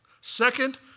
Second